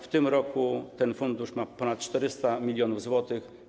W tym roku ten fundusz ma ponad 400 mln zł.